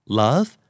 love